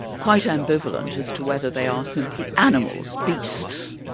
quite ambivalent as to whether they are simply animals, beasts,